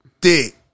Dick